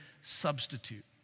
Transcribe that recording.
substitute